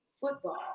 football